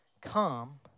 come